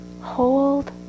hold